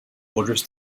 borders